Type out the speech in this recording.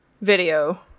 video